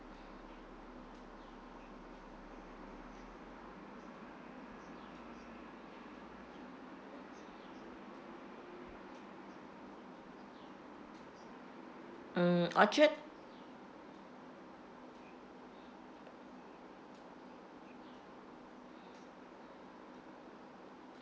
um orchard